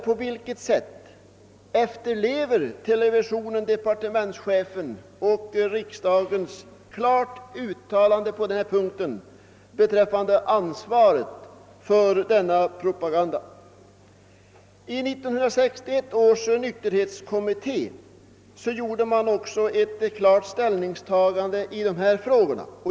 På vilket sätt efterlever televisionen departementschefens och riksdagens klara uttalanden på denna punkt beträffande ansvaret för denna propaganda? I 1961 års nykterhetskommitté gjorde man också ett klart ställningstagande i dessa frågor.